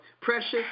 Precious